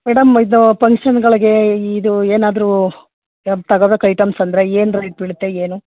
madam ಇದು ಪಂಕ್ಷನ್ಗಳಿಗೆ ಇದು ಏನಾದರೂ ತಗಬೇಕು ಐಟಮ್ಸ್ ಅಂದರೆ ಏನು ರೇಟ್ ಬೀಳುತ್ತೆ ಏನು